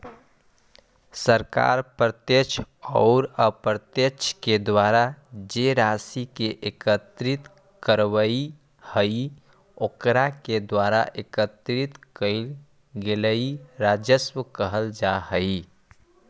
सरकार प्रत्यक्ष औउर अप्रत्यक्ष के द्वारा जे राशि के एकत्रित करवऽ हई ओकरा के द्वारा एकत्रित कइल गेलई राजस्व कहल जा हई